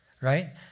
Right